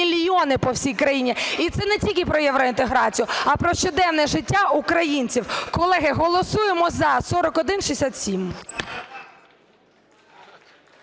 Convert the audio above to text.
мільйони по всій країні. І це не тільки про євроінтеграцію, а про щоденне життя українців. Колеги, голосуємо за 4167.